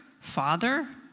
father